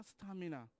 stamina